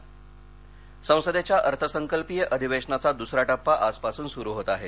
संसद संसदेच्या अर्थसंकल्पीय अधिवेशनाचा दुसरा टप्पा आजपासून सुरु होत आहे